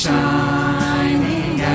Shining